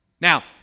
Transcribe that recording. Now